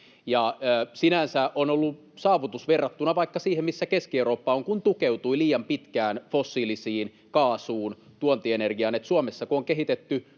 Sinänsä tämä on ollut saavutus verrattuna vaikka siihen, missä Keski-Eurooppa on, kun se tukeutui liian pitkään fossiilisiin, kaasuun, tuontienergiaan. Kun Suomessa on kehitetty